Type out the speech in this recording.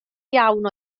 iawn